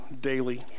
daily